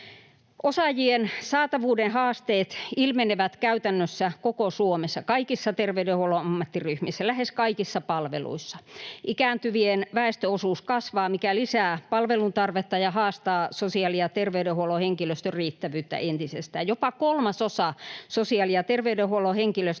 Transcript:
Osaajien saatavuuden haasteet ilmenevät käytännössä koko Suomessa, kaikissa terveydenhuollon ammattiryhmissä ja lähes kaikissa palveluissa. Ikääntyvien väestöosuus kasvaa, mikä lisää palvelun tarvetta ja haastaa sosiaali- ja terveydenhuollon henkilöstön riittävyyttä entisestään. Jopa kolmasosa sosiaali- ja terveydenhuollon henkilöstöstä